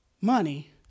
money